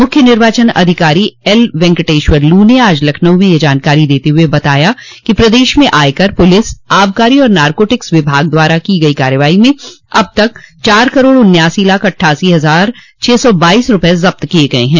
मुख्य निर्वाचन अधिकारी एल वेंकेटेश्वर लू ने आज लखनऊ में यह जानकारी देते हुए बताया कि प्रदेश में आयकर पुलिस आबकारी और नार्कोटिक्स विभाग द्वारा की गई कार्रवाई में अब तक चार करोड़ उन्यासी लाख अट्ठासी हजार छह सौ बाइस रूपये जब्त किये गये हैं